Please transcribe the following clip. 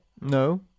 No